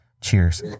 cheers